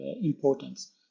importance